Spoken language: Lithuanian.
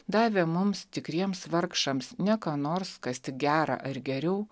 davė mums tikriems vargšams ne ką nors kas tik gera ar geriau